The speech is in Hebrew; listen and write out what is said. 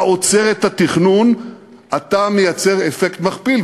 עוצר את התכנון אתה מייצר אפקט מכפיל,